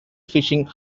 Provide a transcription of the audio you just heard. fishing